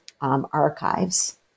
archives